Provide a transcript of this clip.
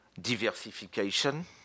diversification